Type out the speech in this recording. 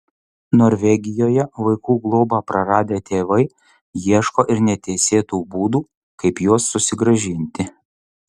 norvegijoje vaikų globą praradę tėvai ieško ir neteisėtų būdų kaip juos susigrąžinti